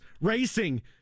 racing